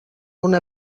una